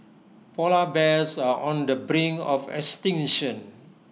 Polar Bears are on the brink of extinction